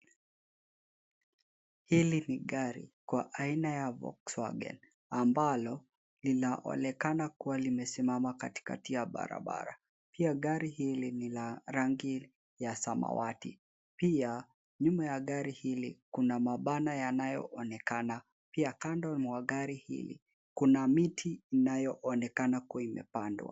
Hili ni gari kwa aina ya volkswagen ambalo linaonekana kuwa limesimama katikati ya barabara. Pia gari hili ni la rangi ya samawati. Pia nyuma ya gari hili kuna mabana yanayoonekana. Pia kando mwa gari hili kuna miti inayoonekana kuwa imepandwa.